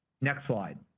next slide.